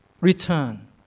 Return